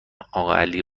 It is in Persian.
اقاعلی